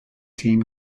team